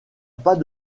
pas